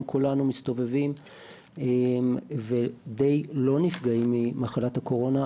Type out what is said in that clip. אם כולנו מסתובבים ודי לא נפגעים ממחלת הקורונה,